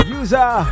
user